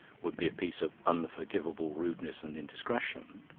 would be a piece of unforgivable rudeness and indiscretion.